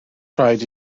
rhaid